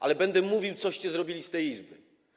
Ale będę mówił, coście zrobili z tej Izby.